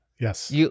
Yes